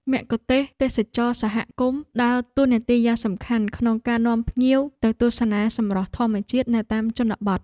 មគ្គុទ្ទេសក៍ទេសចរណ៍សហគមន៍ដើរតួនាទីយ៉ាងសំខាន់ក្នុងការនាំភ្ញៀវទៅទស្សនាសម្រស់ធម្មជាតិនៅតាមជនបទ។